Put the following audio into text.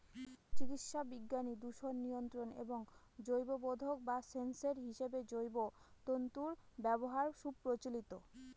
চিকিৎসাবিজ্ঞান, দূষণ নিয়ন্ত্রণ এবং জৈববোধক বা সেন্সর হিসেবে জৈব তন্তুর ব্যবহার সুপ্রচলিত